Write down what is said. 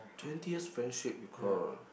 twenty years friendship you quarrel ah